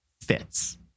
fits